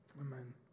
Amen